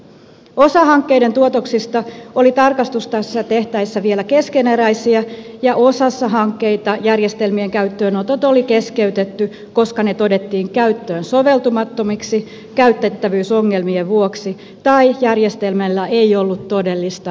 osa hankkeiden tuotoksista oli tarkastusta tehtäessä vielä keskeneräisiä ja osassa hankkeita järjestelmien käyttöönotot oli keskeytetty koska ne todettiin käyttöön soveltumattomiksi käytettävyysongelmien vuoksi tai siksi että järjestelmällä ei ollut todellista käyttöarvoa